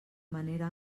manera